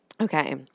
Okay